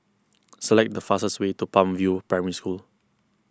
select the fastest way to Palm View Primary School